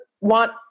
want